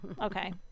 okay